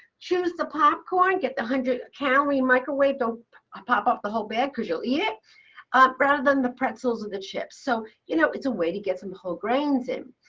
choose the popcorn, and get the one hundred calorie microwaved don't pop up the whole bag because you'll eat it rather than the pretzels of the chips. so you know it's a way to get some whole grains in.